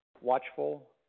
watchful